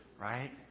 Right